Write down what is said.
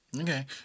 Okay